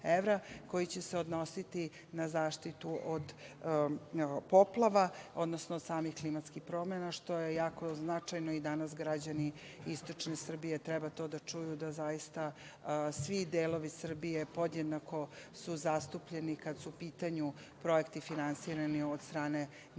koji će se odnositi na zaštitu od poplava, odnosno samih klimatskih promena što je jako značajno. Danas građani istočne Srbije treba to da čuju da zaista svi delovi Srbije podjednako su zastupljeni kada su u pitanju projekti finansirani od strane